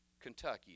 Kentucky